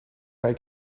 they